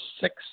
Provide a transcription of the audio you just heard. six